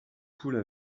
poules